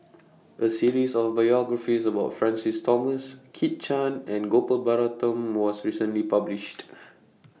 A series of biographies about Francis Thomas Kit Chan and Gopal Baratham was recently published